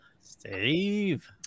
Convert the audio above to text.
Steve